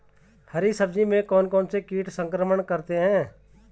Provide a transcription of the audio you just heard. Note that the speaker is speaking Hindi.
हरी सब्जी में कौन कौन से कीट संक्रमण करते हैं?